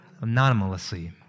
Anonymously